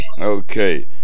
Okay